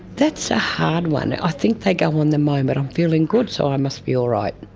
that's a hard one. i think they go on the moment i'm feeling good so i must be all right,